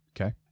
Okay